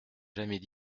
jamais